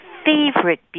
favorite